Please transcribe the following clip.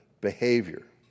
behavior